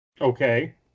Okay